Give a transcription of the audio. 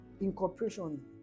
incorporation